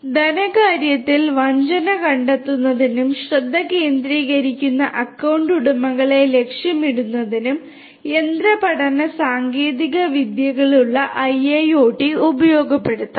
ധനകാര്യത്തിൽ വഞ്ചന കണ്ടെത്തുന്നതിനും ശ്രദ്ധ കേന്ദ്രീകരിക്കുന്ന അക്കൌണ്ട് ഉടമകളെ ലക്ഷ്യമിടുന്നതിനും യന്ത്ര പഠന സാങ്കേതിക വിദ്യകളുള്ള IIoT ഉപയോഗപ്പെടുത്താം